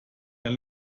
der